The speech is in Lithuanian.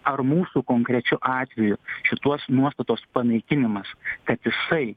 ar mūsų konkrečiu atveju šitos nuostatos panaikinimas kad jisai